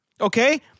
Okay